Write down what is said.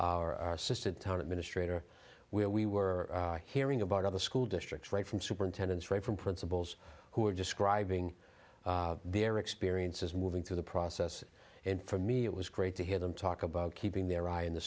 administrator where we were hearing about other school districts right from superintendents right from principals who were describing their experiences moving through the process and for me it was great to hear them talk about keeping their eye in the